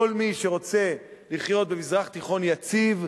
כל מי שרוצה לחיות במזרח תיכון יציב,